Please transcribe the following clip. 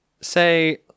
say